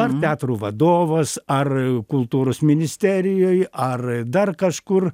ar teatro vadovas ar kultūros ministerijoj ar dar kažkur